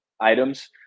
items